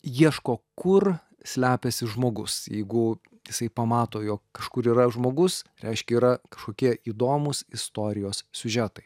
ieško kur slepiasi žmogus jeigu jisai pamato jog kažkur yra žmogus reiškia yra kažkokie įdomūs istorijos siužetai